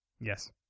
Yes